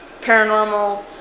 paranormal